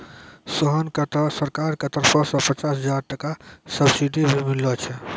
सोहन कॅ त सरकार के तरफो सॅ पचास हजार टका सब्सिडी भी मिललो छै